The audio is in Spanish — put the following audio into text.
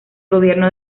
gobierno